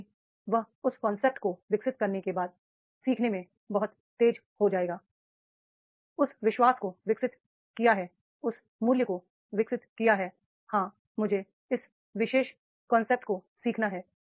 यह है कि वह उस कांसेप्ट को विकसित करने के बाद सीखने में बहुत तेज होगा उस विश्वास को विकसित किया है उस मूल्य को विकसित किया है हां मुझे इस विशेष कांसेप्ट को सीखना है